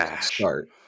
start